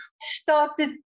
started